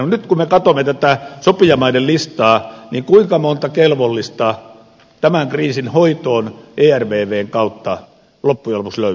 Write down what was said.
mutta nyt kun me katsomme tätä sopijamaiden listaa niin kuinka monta kelvollista tämän kriisin hoitoon ervvn kautta loppujen lopuksi löytyy